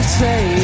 say